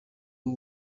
w’u